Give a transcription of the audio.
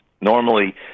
Normally